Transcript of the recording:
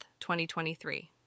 2023